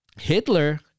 Hitler